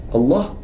Allah